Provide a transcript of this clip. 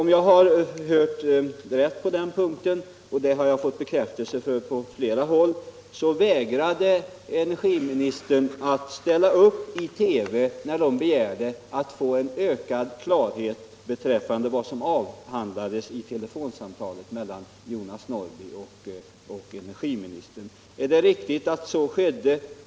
Jag har fått bekräftat på flera håll att energiministern vägrade ställa upp i TV när man där begärde att få ökad klarhet beträffande vad som avhandlades vid telefonsamtalet mellan Jonas Norrby och energiministern. Är det riktigt att så skedde?